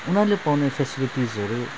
उनीहरूले पाउने फेसेलिटिजहरू